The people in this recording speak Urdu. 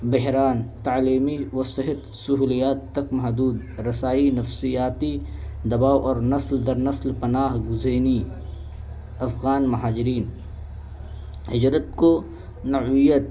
بحران تعلیمی و صحت سہولیات تک محدود رسائی نفسیاتی دباؤ اور نسل در نسل پناہ گذینی افغان ماجرین ہجرت کو نوعیت